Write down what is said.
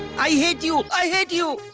i hate you. i hate you!